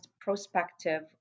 prospective